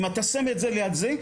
אם אתה שם את זה ליד זה,